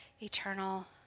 eternal